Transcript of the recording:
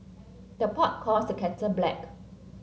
the pot calls the kettle black